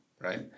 right